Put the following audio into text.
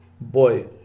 boy